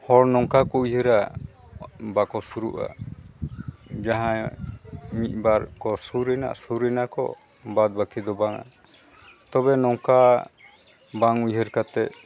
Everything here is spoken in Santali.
ᱦᱚᱲ ᱱᱚᱝᱠᱟ ᱠᱚ ᱩᱭᱦᱟᱹᱨᱟ ᱵᱟᱠᱚ ᱥᱩᱨᱩᱜᱼᱟ ᱡᱟᱦᱟᱸᱭ ᱢᱤᱫ ᱵᱟᱨ ᱠᱚ ᱥᱩᱨᱮᱱᱟ ᱥᱩᱨ ᱮᱱᱟ ᱠᱚ ᱵᱟᱫ ᱵᱟᱹᱠᱤ ᱫᱚ ᱵᱟᱝ ᱛᱚᱵᱮ ᱱᱚᱝᱠᱟ ᱵᱟᱝ ᱩᱭᱦᱟᱹᱨ ᱠᱟᱛᱮᱫ